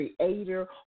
creator